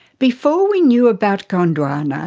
before we knew about gondwana,